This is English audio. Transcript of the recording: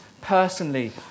personally